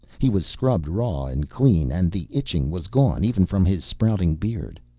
he was scrubbed raw and clean and the itching was gone even from his sprouting beard.